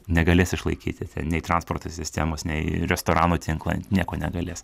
negalės išlaikyti nei transporto sistemos nei restorano tinklo nieko negalės